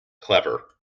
clever